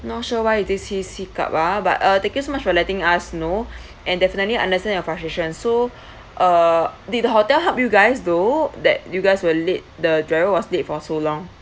not sure why is this seek up a'ah but uh thank you so much for letting us know and definitely understand your frustration so uh did the hotel help you guys though that you guys will late the driver was late for so long